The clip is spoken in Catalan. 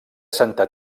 santa